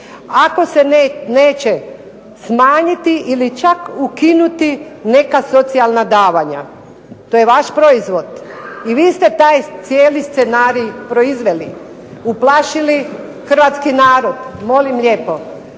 ako se neće smanjiti ili čak ukinuti neka socijalna davanja. To je vaš proizvod. I vi ste taj cijeli scenarij proizveli, uplašili hrvatski narod, molim lijepo.